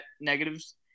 negatives